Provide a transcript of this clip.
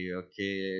okay